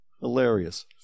Hilarious